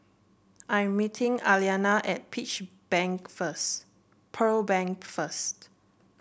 I am meeting Aliana at peach bank first Pearl Bank first